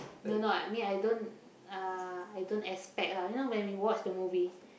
no no I mean I don't uh I don't expect lah you know when we watch the movie